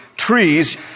trees